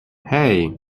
hey